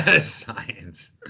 Science